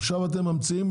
זה אפשרי,